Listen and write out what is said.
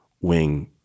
wing